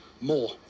more